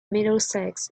middlesex